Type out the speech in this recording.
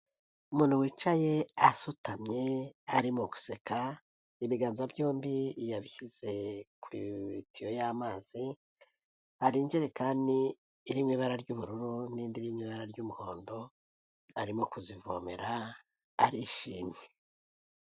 Umuntu wicaye asutamye, arimo guseka, ibiganza byombi yabishyize ku itiyo y'amazi hari injerekani irimo ibara ry'ubururu n'indi irimo ibara ry'umuhondo, arimo kuzivomera arishimye.